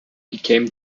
became